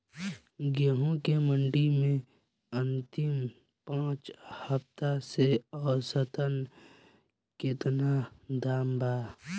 गेंहू के मंडी मे अंतिम पाँच हफ्ता से औसतन केतना दाम बा?